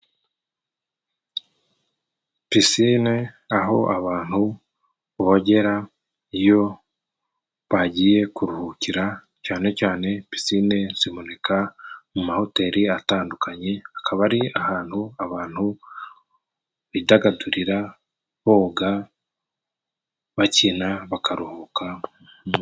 Pisine aho abantu bogera iyo bagiye kuruhukira cyane cyane picine ziboneka mu mahoteli atandukanye, akaba ari ahantu abantu bidagadurira boga, bakina, bakaruhuka mu mutwe.